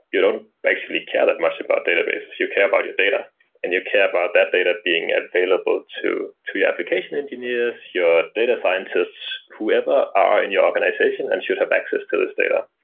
you don't actually care that much about databases. you care about your data and you care about that data being available to to your application engineers, your data scientists, whoever are in your organization and should have access to this data.